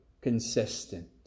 consistent